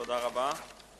תודה רבה.